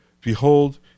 Behold